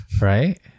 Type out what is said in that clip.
right